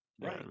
right